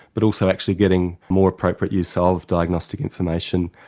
but also actually getting more appropriate use ah of diagnostic information.